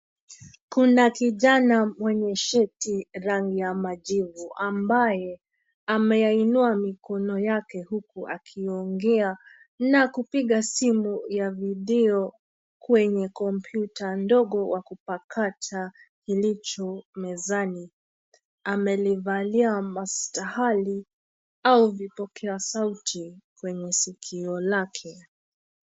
Kuna kijana mwenye shati rangi ya majivu ambaye ameyainua mikono yake huku akiongea na kupiga simu ya video kwenye kompyuta ndogo wa kupakata kilicho mezani. Amelivalia mastahali au vipokea sauti kwenye sikio lake.